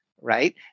right